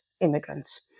immigrants